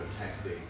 testing